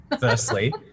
Firstly